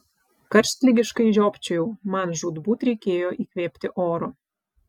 karštligiškai žiopčiojau man žūtbūt reikėjo įkvėpti oro